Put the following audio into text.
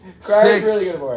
six